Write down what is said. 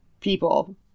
people